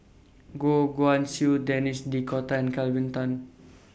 Goh Guan Siew Denis D'Cotta and Kelvin Tan